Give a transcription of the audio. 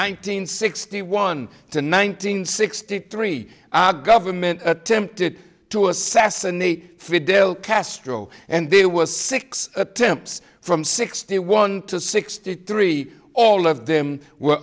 hundred sixty one to nineteen sixty three our government attempted to assassinate fidel castro and there were six attempts from sixty one to sixty three all of them were